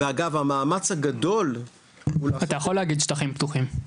ואגב המאמץ הגדול --- אתה יכול להגיד שטחים פתוחים.